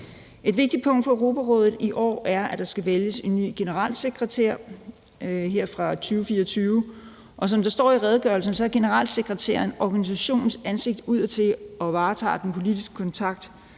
Et vigtigt punkt for Europarådet i år er, at der skal vælges en ny generalsekretær her fra 2024, og som der står i redegørelsen, er generalsekretæren: »organisationens ansigt udadtil og varetager den politiske kontakt